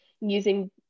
using